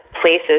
places